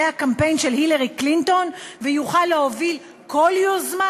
הקמפיין של הילרי קלינטון ויוכל להוביל כל יוזמה,